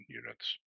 units